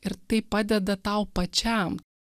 ir tai padeda tau pačiam